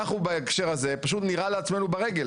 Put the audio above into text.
בהקשר הזה אנחנו פשוט נירה לעצמנו ברגל,